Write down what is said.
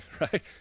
right